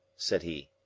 said he.